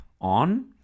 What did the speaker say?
on